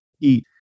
eat